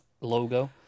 logo